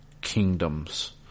kingdoms